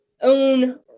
own